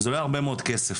זה עולה הרבה מאוד כסף.